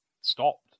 stopped